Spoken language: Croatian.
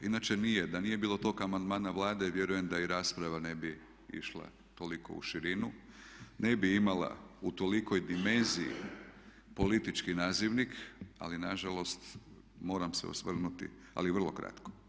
Inače nije, da nije bilo tog amandmana Vlade vjerujem da i rasprava ne bi išla toliko u širinu, ne bi imala u tolikoj dimenziji politički nazivnik ali nažalost moram se osvrnuti, ali vrlo kratko.